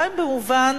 בעיני, לפחות, במובן